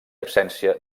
absència